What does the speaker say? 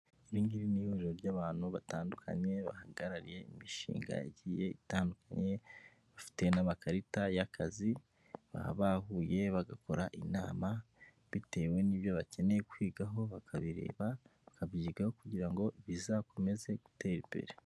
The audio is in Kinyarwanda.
Iri ngiri ni ihuriro ry'abantu batandukanye bahagarariye imishinga igiye itandukanye bafite n'amakarita y'akazi, baba bahuye bagakora inama bitewe n'ibyo bakeneye kwigaho bakabireba bakabyigaho kugira ngo bizakomeze gutera imbere.